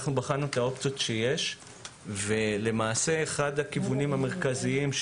בחנו את האופציות שיש ואחד הכיוונים המרכזיים,